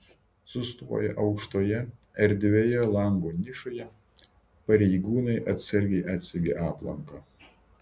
sustoję aukštoje erdvioje lango nišoje pareigūnai atsargiai atsegė aplanką